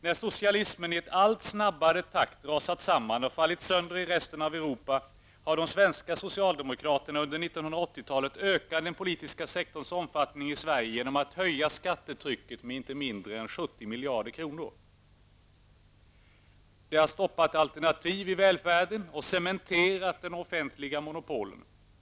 När socialismen i en allt snabbare takt rasat samman och fallit sönder i resten av Europa, har de svenska socialdemokraterna under 1980-talet utökat den politiska sektorns omfattning i Sverige genom att höja skattetrycket med inte mindre än 70 miljarder kronor. Det har stoppat alternativ i välfärden och cementerat de offentliga monopolen.